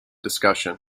discussion